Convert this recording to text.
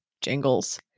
Jingles